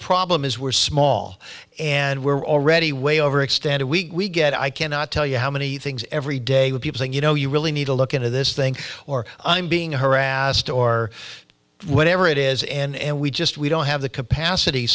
problem is we're small and we're already way overextended we get i cannot tell you how many things every day with people saying you know you really need to look into this thing or i'm being harassed or whatever it is and we just we don't have the capacity